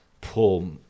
pull